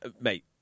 mate